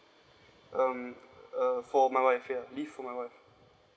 um uh for my wife ya leave for my wife